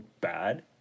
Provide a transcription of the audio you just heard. bad